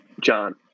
John